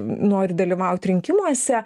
nori dalyvaut rinkimuose